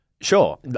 Sure